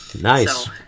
Nice